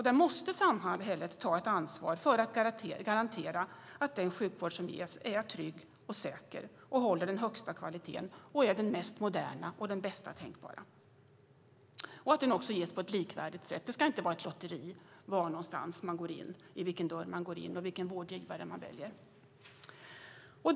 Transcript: Där måste samhället ta ett ansvar för att garantera att den sjukvård som ges är trygg och säker, håller den högsta kvaliteten, är den mest moderna och den bästa tänkbara och att den också ges på ett likvärdigt sätt. Det ska inte vara ett lotteri beroende på vilken dörr man går in genom och vilken vårdgivare man väljer.